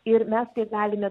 ir mes tai galime